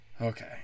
Okay